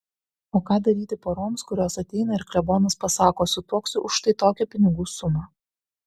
o ką daryti poroms kurios ateina ir klebonas pasako sutuoksiu už štai tokią pinigų sumą